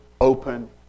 open